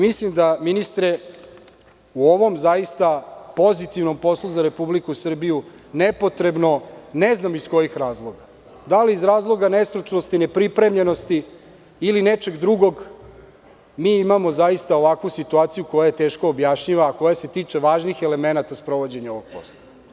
Mislim da, ministre, u ovom zaista pozitivnom poslu za Republiku Srbiju nepotrebno, ne znam iz kojih razloga, da li iz razloga nestručnosti, nepripremljenosti ili nečeg drugog, mi imamo zaista ovakvu situaciju koja je teško objašnjiva, a koja se tiče važnih elemenata sprovođenja ovog posla.